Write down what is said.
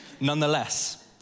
Nonetheless